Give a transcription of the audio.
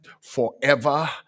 forever